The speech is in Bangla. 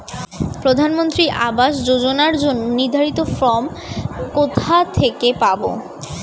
প্রধানমন্ত্রী আবাস যোজনার জন্য নির্ধারিত ফরম কোথা থেকে পাব?